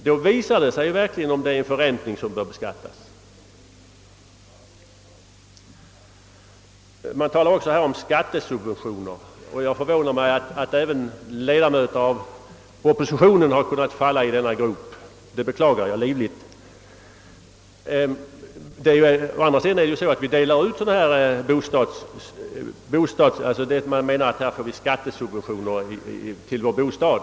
Då visar det sig verkligen om det är en förräntning som bör beskattas. Här har också talats om skattesubventioner. Jag beklagar livligt att även ledamöter av oppositionen har kunnat falla i den gropen. Man menar alltså att vi får skattesubventioner till vår bostad.